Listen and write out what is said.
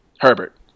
Herbert